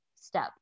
step